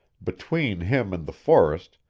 between him and the forest,